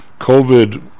COVID